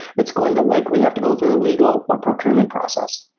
it's going to likely have to go through a legal or procurement process.